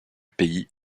pays